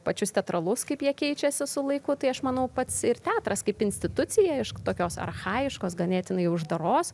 pačius teatralus kaip jie keičiasi su laiku tai aš manau pats ir teatras kaip institucija aišku tokios archajiškos ganėtinai uždaros